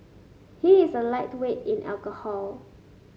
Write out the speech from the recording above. he is a lightweight in alcohol